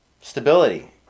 stability